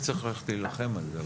אני צריך ללכת להילחם על זה,